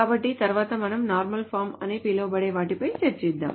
కాబట్టి తరువాత మనం నార్మల్ ఫార్మ్స్ అని పిలవబడే వాటిపై చర్చిద్దాము